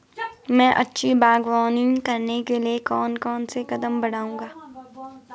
मैं अच्छी बागवानी करने के लिए कौन कौन से कदम बढ़ाऊंगा?